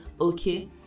Okay